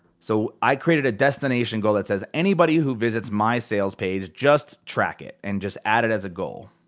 so i created a destination goal that says anybody who visits my sales page, just track it, and just add it as a goal,